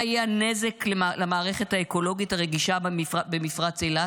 מה יהיה הנזק למערכת האקולוגית הרגישה במפרץ אילת?